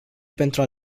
pentru